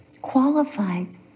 Qualified